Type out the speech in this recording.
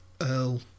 Earl